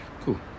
cool